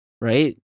right